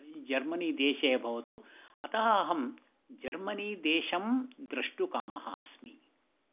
जर्मनीदेशे अभवत् अतः अहं जर्मनी देशं द्रष्टुकामः अस्मि